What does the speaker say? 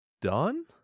done